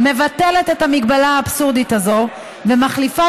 מבטלת את ההגבלה האבסורדית הזאת ומחליפה